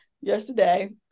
yesterday